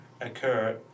occur